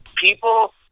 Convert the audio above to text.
people